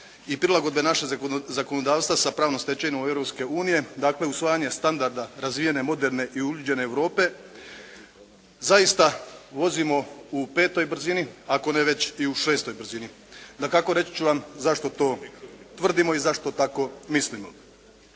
i prilagodbe naše zakonodavstva sa pravnom stečevinom Europske unije, dakle usvajanje standarda razvijene, moderne i uljuđenje Europe zaista vozimo u petoj brzini, ako ne već i u šestoj brzini. Dakako, reći ću vam zašto to tvrdimo i zašto tako mislimo.